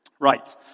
Right